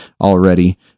already